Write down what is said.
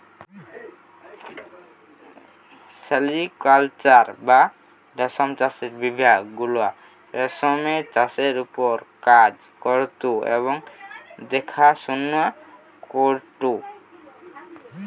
sericulture বা রেশম চাষের বিভাগ গুলা রেশমের চাষের ওপর কাজ করঢু এবং দেখাশোনা করঢু